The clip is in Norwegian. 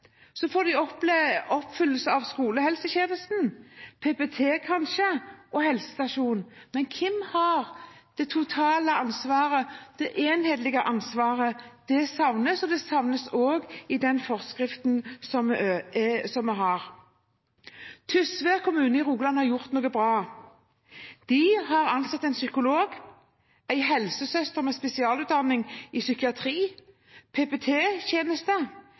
Så får de oppfølging av skolehelsetjenesten, av PPT, kanskje, og av helsestasjonen. Men hvem har det totale ansvaret, det enhetlige ansvaret? Det savnes, og det savnes også i den forskriften vi har. Tysvær kommune i Rogaland har gjort noe bra. De har ansatt en psykolog, en helsesøster med spesialutdanning i psykiatri,